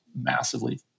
massively